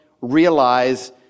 realize